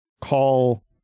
call